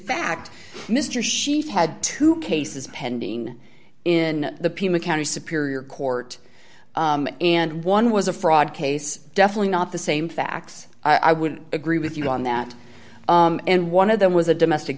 fact mr sharif had two cases pending in the pima county superior court and one was a fraud case definitely not the same facts i would agree with you on that and one of them was a domestic